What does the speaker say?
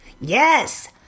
Yes